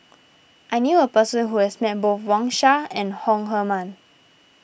I knew a person who has met both Wang Sha and Chong Heman